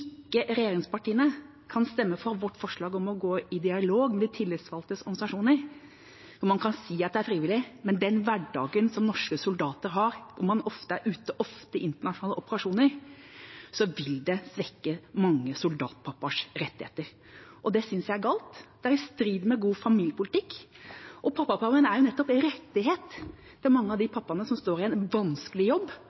regjeringspartiene ikke kan stemme for vårt forslag om å gå i dialog med de tillitsvalgtes organisasjoner. Man kan si at det er frivillig, men med den hverdagen norske soldater har, hvor man ofte er ute og ofte i internasjonale operasjoner, vil det svekke mange soldatpappaers rettigheter. Det synes jeg er galt; det er i strid med god familiepolitikk. Pappapermen er jo nettopp en rettighet for mange av de